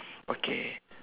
okay